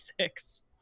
six